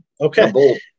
Okay